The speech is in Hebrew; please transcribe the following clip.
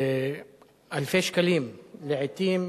אלפי שקלים, לעתים